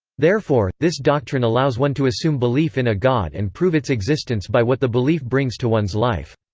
therefore, this doctrine allows one to assume belief in a god and prove its existence by what the belief brings to one's life.